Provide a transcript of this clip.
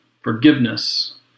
forgiveness